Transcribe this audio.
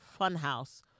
Funhouse